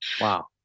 Wow